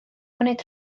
gwneud